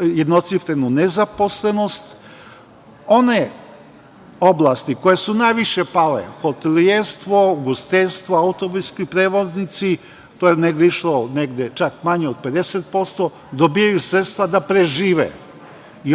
jednocifrenu nezaposlenost. One oblasti koje su najviše pale, hotelijerstvo, ugostiteljstvo, autobuski prevoznici, to je negde išlo čak manje od 50%, dobijaju sredstva da prežive.